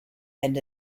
and